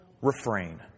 refrain